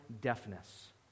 deafness